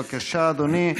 בבקשה, אדוני.